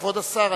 כבוד השר,